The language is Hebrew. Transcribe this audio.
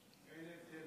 אין הבדל בכלום.